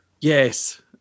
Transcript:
Yes